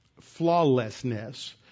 flawlessness